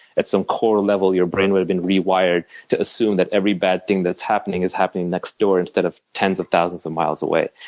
at some core level, your brain will have been rewired to assume that every bad thing that's happening is happening next door instead of tens of thousands of miles away.